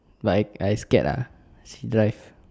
like I I scared ah she drive